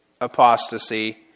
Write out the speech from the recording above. apostasy